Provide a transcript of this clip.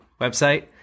website